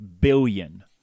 billion